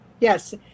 Yes